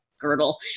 Girdle